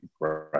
right